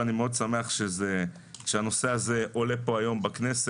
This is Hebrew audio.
אני מאוד שמח שהנושא הזה עולה כאן היום בכנסת.